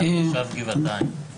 וגם תושב גבעתיים.